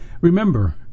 Remember